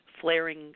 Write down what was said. Flaring